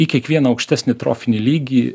į kiekvieną aukštesnį trofinį lygį